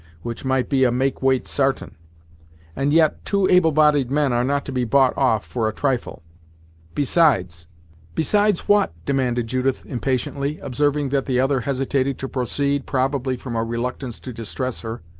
which might be a make-weight, sartain and yet two able bodied men are not to be bought off for a trifle besides besides what? demanded judith impatiently, observing that the other hesitated to proceed, probably from a reluctance to distress her.